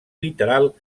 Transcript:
literal